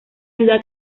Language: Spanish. ciudad